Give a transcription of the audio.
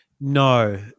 No